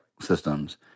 systems